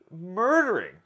murdering